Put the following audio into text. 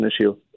issue